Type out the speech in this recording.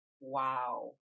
Wow